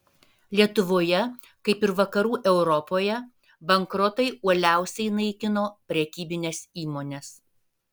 lietuvoje kaip ir vakarų europoje bankrotai uoliausiai naikino prekybines įmones